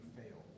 fail